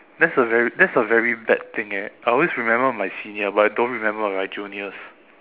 that's a very that's a very bad thing eh I always remember my senior but I don't remember my juniors